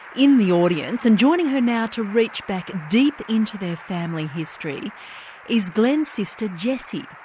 in the audience and joining her now to reach back deep into their family history is glenn's sister jessie.